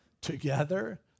together